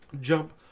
jump